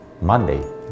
Monday